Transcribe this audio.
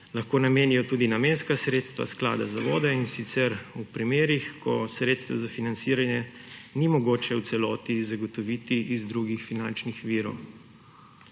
lahko namenijo tudi namenska sredstva Sklada za vode, in sicer v primerih, ko sredstev za financiranje ni mogoče v celoti zagotoviti iz drugih finančnih virov.